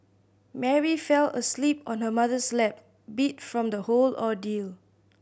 Mary fell asleep on her mother's lap beat from the whole ordeal